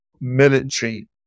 military